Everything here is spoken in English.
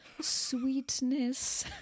sweetness